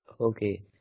Okay